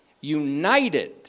United